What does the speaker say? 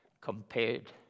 compared